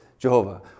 Jehovah